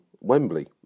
Wembley